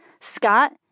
Scott